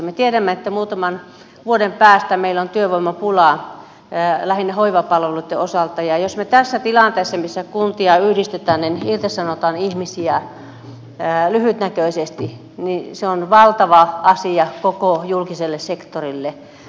me tiedämme että muutaman vuoden päästä meillä on työvoimapulaa lähinnä hoivapalveluitten osalta ja jos me tässä tilanteessa missä kuntia yhdistetään irtisanomme ihmisiä lyhytnäköisesti niin se on valtava asia koko julkiselle sektorille